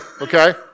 Okay